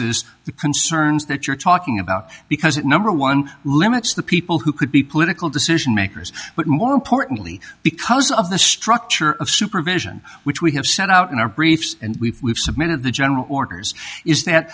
the concerns that you're talking about because it number one limits the people who could be political decision makers but more importantly because of the structure of supervision which we have set out in our briefs and we've submitted the general orders is that